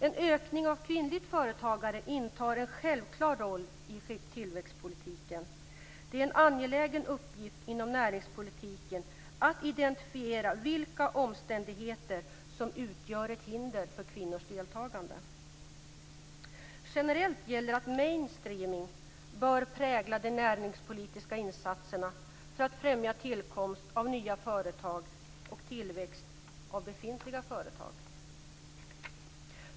En ökning av kvinnligt företagande intar en självklar roll i tillväxtpolitiken. Det är en angelägen uppgift inom näringspolitiken att identifiera vilka omständigheter som utgör ett hinder för kvinnors deltagande. Generellt gäller att mainstreaming bör prägla de näringspolitiska insatserna för att främja tillkomst av nya företag och tillväxt av befintliga företag.